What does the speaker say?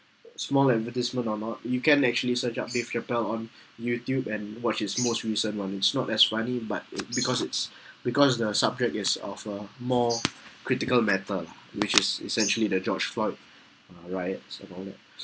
small advertisement or not you can actually search up dave chappelle on youtube and watch his most recent [one] it's not as funny but it because it's because the subject is of a more critical matter which is essentially the george floyd riots and all that